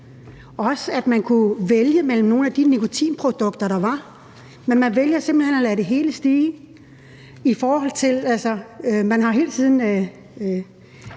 så man kunne vælge mellem nogle af de nikotinprodukter, der er. Men man vælger simpelt hen at lade det hele stige. Man har hele tiden